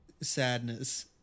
sadness